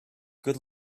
good